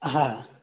হ্যাঁ